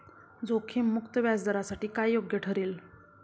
जोखीम मुक्त व्याजदरासाठी काय योग्य ठरेल?